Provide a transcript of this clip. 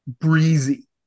breezy